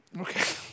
Okay